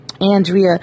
Andrea